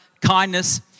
kindness